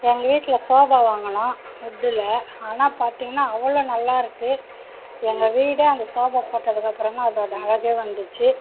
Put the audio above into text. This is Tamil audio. எங்கள் வீட்டில் சோஃபா வாங்கினோம் வுட்டில் ஆனால் பார்த்திங்கன்னா அவ்வளோ நல்லா இருக்கு எங்கள் வீடே அந்த சோஃபா போட்டதுக்கு அப்புறோம் தான் அதோட அழகே வந்துச்சு